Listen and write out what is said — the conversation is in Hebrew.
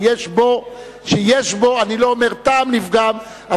אני לא אומר טעם לפגם,